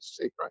right